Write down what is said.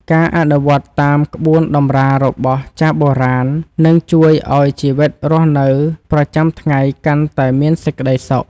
ការអនុវត្តតាមក្បួនតម្រារបស់ចាស់បុរាណនឹងជួយឱ្យជីវិតរស់នៅប្រចាំថ្ងៃកាន់តែមានសេចក្តីសុខ។